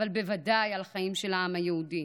אבל בוודאי על החיים של העם היהודי,